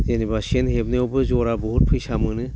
जेनेबा सेन हेबनायावबो जरा बहुद फैसा मोनो